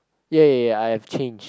ya ya ya I have change